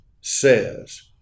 says